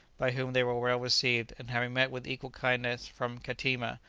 by whom they were well received, and having met with equal kindness from kateema,